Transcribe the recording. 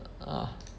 uh